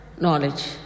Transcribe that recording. knowledge